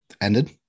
ended